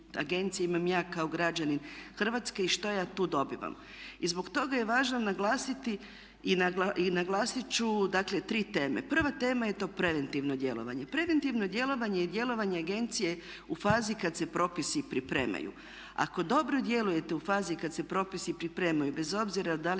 imam ja kao građanin Hrvatske i što ja tu dobivam? I zbog toga je važno naglasiti i naglasiti ću dakle tri teme. Prva tema je to preventivno djelovanje. Preventivno djelovanje je djelovanje agencije u fazi kad se propisi pripremaju. Ako dobro djelujete u fazi kad se propisi pripremaju bez obzira da li